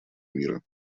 мира